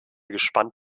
gespannt